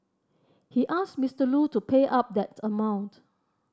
he asked Mister Lu to pay up that amount